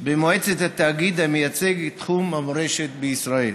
במועצת התאגיד המייצג את תחום המורשת בישראל.